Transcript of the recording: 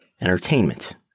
entertainment